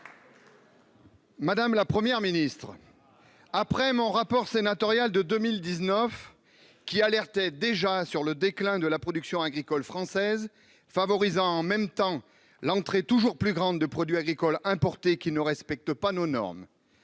Madame la Première ministre, après mon rapport d'information de 2019, qui alertait déjà sur le déclin de la production agricole française, lequel favorise l'entrée toujours plus importante de produits agricoles importés ne respectant pas nos normes